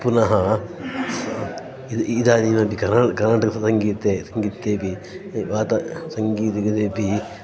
पुनः सः इद इदानीमपि कर्ना कर्नाटकसङ्गीते सङ्गीतेऽपि वात सङ्गीतं गतेऽपि